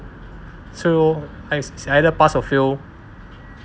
所以 lor is either pass or fail